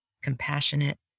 compassionate